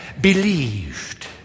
believed